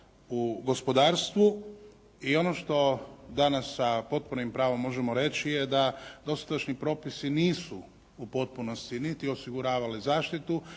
u gospodarstvu i ono što danas sa potpunim pravom možemo reći je da dosadašnji propisi nisu u potpunosti niti osiguravali zaštitu,